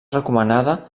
recomanada